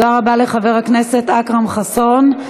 תודה רבה לחבר הכנסת אכרם חסון.